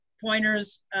Pointers